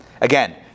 Again